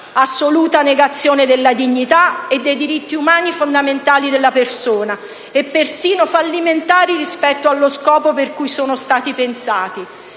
assoluta negazione della dignità e dei diritti umani fondamentali della persona, persino fallimentari rispetto allo scopo per cui sono stati pensati.